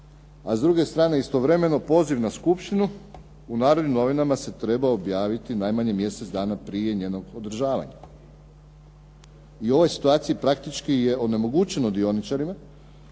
a s druge strane istovremeno poziv na skupštinu u "Narodnim novinama" se treba objaviti najmanje mjesec dana prije njenog održavanja. I u ovoj situaciji praktički je onemogućeno dioničarima